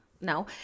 no